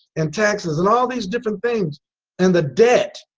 and taxes and all these different things and the debt,